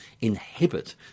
inhibit